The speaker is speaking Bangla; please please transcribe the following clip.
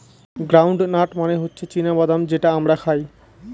গ্রাউন্ড নাট মানে হচ্ছে চীনা বাদাম যেটা আমরা খাই